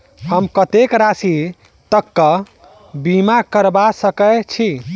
हम कत्तेक राशि तकक बीमा करबा सकै छी?